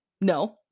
no